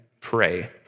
pray